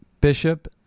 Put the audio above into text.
Bishop